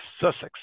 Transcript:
Sussex